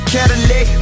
Cadillac